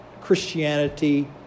Christianity